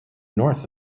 north